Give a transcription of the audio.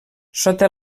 sota